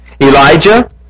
Elijah